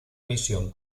misión